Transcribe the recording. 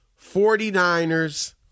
49ers